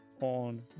on